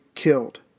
killed